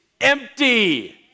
empty